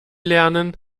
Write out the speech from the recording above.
lernen